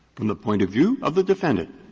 from the point of view of the defendant,